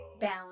bound